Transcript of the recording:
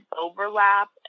overlap